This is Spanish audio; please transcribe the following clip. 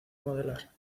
modelar